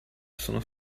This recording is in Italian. sono